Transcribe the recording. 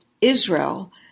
Israel